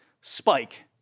spike